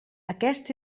aquest